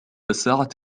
الساعة